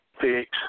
fix